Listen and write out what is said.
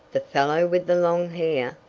that fellow with the long hair?